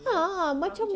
ya macam